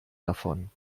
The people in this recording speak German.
davon